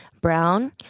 brown